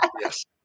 Yes